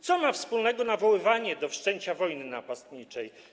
Co ma wspólnego nawoływanie do wszczęcia wojny napastniczej?